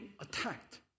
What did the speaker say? attacked